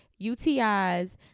UTIs